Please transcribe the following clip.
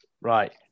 Right